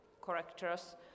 correctors